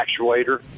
actuator